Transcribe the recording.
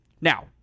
Now